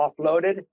offloaded